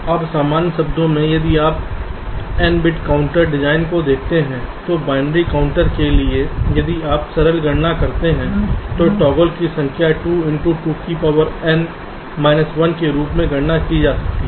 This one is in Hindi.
अब सामान्य शब्दों में यदि आप एक n बिट काउंटर डिज़ाइन को देखते हैं तो बाइनरी काउंटर के लिए यदि आप एक सरल गणना करते हैं तो टॉगल की संख्या 2 × 2n − 1 के रूप में गणना की जा सकती है